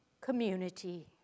community